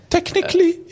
Technically